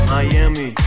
Miami